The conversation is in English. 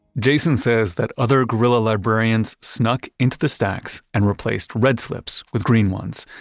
jason says that other guerrilla librarians snuck into the stacks and replaced red slips with green ones,